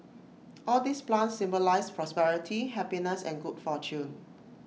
all these plants symbolise prosperity happiness and good fortune